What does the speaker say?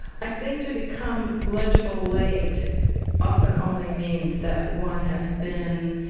i think to become legible late often only means that one has been